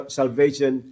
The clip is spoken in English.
salvation